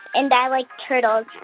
and i like turtles.